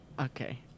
Okay